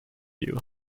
you